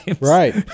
Right